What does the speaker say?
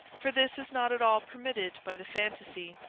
for this is not at all permitted by the phantasy.